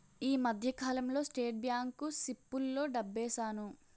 ఈ మధ్యకాలంలో state bank సిప్పుల్లో డబ్బేశాను